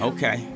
Okay